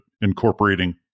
incorporating